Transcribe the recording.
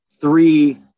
three